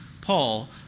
Paul